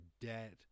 debt